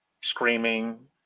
screaming